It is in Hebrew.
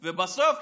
ובסוף,